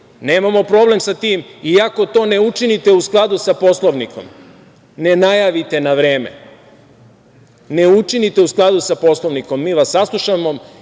nemamo problem sa tim i ako to ne učinite u skladu sa Poslovnikom, Ne najavite na vreme, ne učinite u skladu sa Poslovnikom, mi vas saslušamo